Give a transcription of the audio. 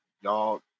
y'all